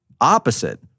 opposite